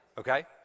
Okay